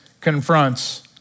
Confronts